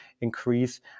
increase